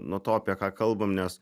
nuo to apie ką kalbam nes